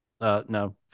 no